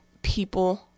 People